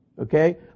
okay